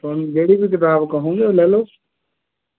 ਤੁਹਾਨੂੰ ਜਿਹੜੀ ਵੀ ਕਿਤਾਬ ਕਹੋਂਗੇ ਉਹ ਲੈ ਲਓ